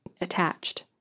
attached